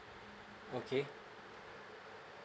okay